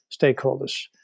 stakeholders